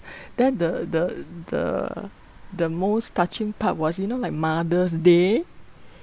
then the the the the most touching part was you know like mother's day